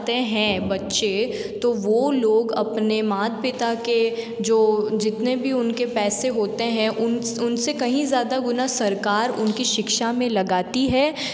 हैं बच्चे तो वो लोग अपने मात पिता के जो जितने भी उनके पैसे होते हैं उन्स उनसे कहीं ज़्यादा गुना सरकार उनकी शिक्षा में लगाती है